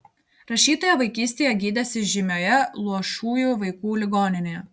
rašytoja vaikystėje gydėsi žymioje luošųjų vaikų ligoninėje